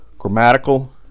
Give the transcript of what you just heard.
grammatical